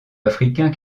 africain